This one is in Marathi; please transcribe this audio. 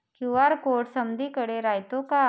क्यू.आर कोड समदीकडे रायतो का?